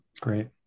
Great